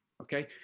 Okay